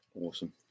Awesome